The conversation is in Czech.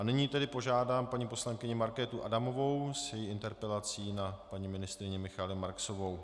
Nyní tedy požádám paní poslankyni Markétu Adamovou s její interpelací na paní ministryni Michaelu Marksovou.